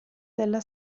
della